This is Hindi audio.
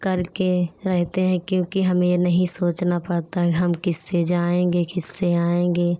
करके रहते हैं क्योंकि हमें यह नहीं सोचना पड़ता कि हम किससे जाएँगे किससे आएँगे